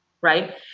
right